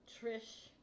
Trish